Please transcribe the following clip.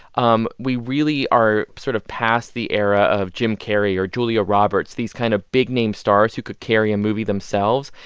um we really are sort of past the era of jim carrey or julia roberts, these kind of big-name stars who could carry a movie themselves.